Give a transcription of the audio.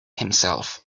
himself